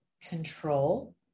Control